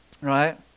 Right